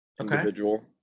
individual